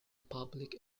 public